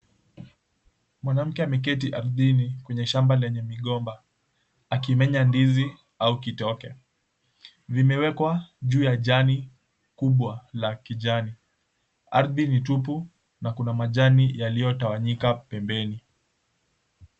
Mwanamke ameketi ardhini kwenye shamba lenye migomba, akimenya ndizi au kitoke; vimewekwa juu ya jani kubwa la kijani. Ardhi ni tupu na kuna majani yaliyotawanyika pembeni.